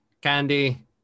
candy